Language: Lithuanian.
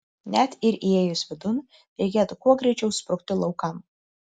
net ir įėjus vidun reikėtų kuo greičiau sprukti laukan